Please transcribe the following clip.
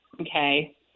Okay